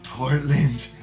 Portland